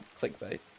clickbait